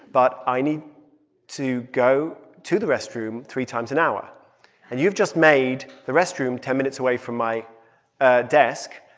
but i need to go to the restroom three times an hour and you've just made the restroom ten minutes away from my ah desk.